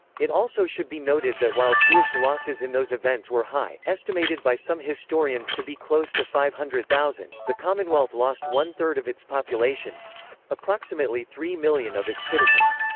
it also should be noted that while jewish losses in those events were high, estimated by some historians to be close to five hundred thousand, the commonwealth lost one third of its population approximately three million of its citizens.